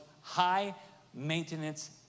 high-maintenance